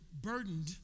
burdened